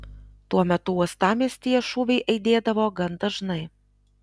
tuo metu uostamiestyje šūviai aidėdavo gan dažnai